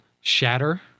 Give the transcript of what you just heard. shatter